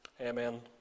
Amen